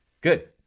Good